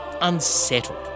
unsettled